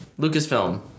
Lucasfilm